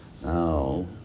Now